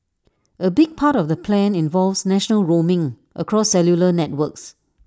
A big part of the plan involves national roaming across cellular networks